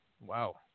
Wow